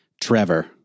Trevor